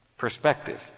Perspective